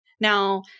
Now